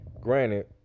Granted